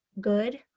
good